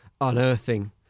unearthing